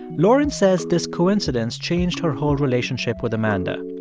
lauren says this coincidence changed her whole relationship with amanda.